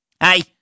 Hey